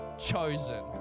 chosen